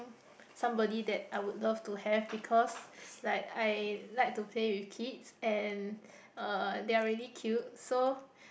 somebody that I would love to have because like I like to play with kids and uh they are really cute so